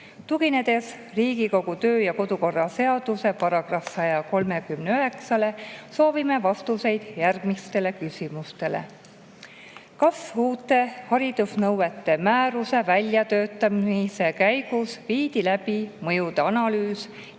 Tuginedes Riigikogu kodu‑ ja töökorra seaduse §‑le 139 soovime vastuseid järgmistele küsimustele. Kas uute haridusnõuete määruse väljatöötamise käigus viidi läbi mõjuanalüüs